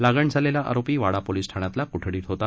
लागण झालेला आरोपी वाडा पोलिस ठाण्यातल्या कोठडीत होता